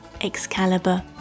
Excalibur